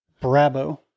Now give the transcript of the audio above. Bravo